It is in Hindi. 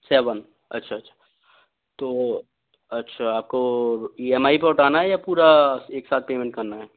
सेवन अच्छा अच्छा तो अच्छा आपको इ एम आई पर उठाना है या पूरा एक साथ पेमेंट करना है